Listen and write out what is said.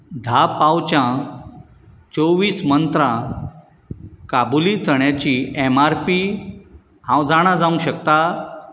धा पाउचां चोवीस मंत्रा काबुली चण्यांची ऍम आर पी हांव जाणा जावंक शकता